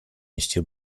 нести